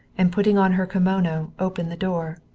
and putting on her kimono, opened the door.